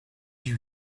you